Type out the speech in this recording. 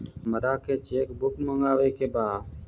हमारा के cheque book मगावे के बा?